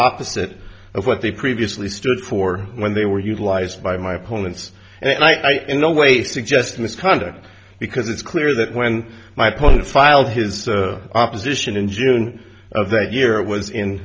opposite of what they previously stood for when they were utilized by my opponents and i to no way suggest misconduct because it's clear that when my opponent filed his opposition in june of that year it was in